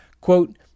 Quote